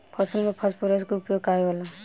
फसल में फास्फोरस के उपयोग काहे होला?